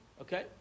Okay